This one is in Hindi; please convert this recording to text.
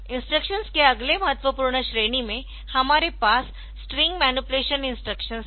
इंस्ट्रक्शंस के अगले महत्वपूर्ण श्रेणी में हमारे पास स्ट्रिंग मैनीपुलेशन इंस्ट्रक्शंस है